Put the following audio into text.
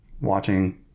watching